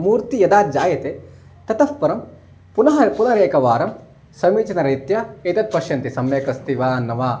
मूर्तिः यदा जायते ततः परं पुनः पुनरेकवारं समीचीनरीत्या एतद् पश्यन्ति सम्यकस्ति वा न वा